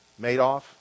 Madoff